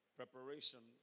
preparation